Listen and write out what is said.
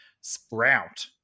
Sprout